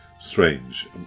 strange